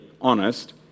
honest